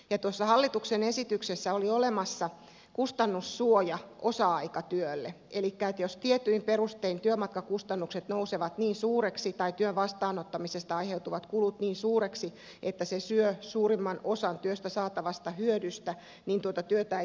tuossa hallituksen esityksessä oli olemassa kustannussuoja osa aikatyölle elikkä jos tietyin perustein työmatkakustannukset nousevat niin suuriksi tai työn vastaanottamisesta aiheutuvat kulut niin suuriksi että se syö suurimman osan työstä saatavasta hyödystä niin tuota työtä ei tarvitse vastaanottaa